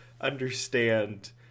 understand